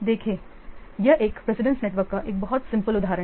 देखें यह एक प्रेसिडेंस नेटवर्क का एक बहुत सिंपल उदाहरण है